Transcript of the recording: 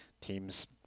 Teams